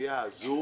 האוכלוסייה הזו